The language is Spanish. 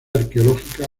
arqueológica